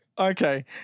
Okay